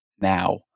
now